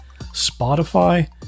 Spotify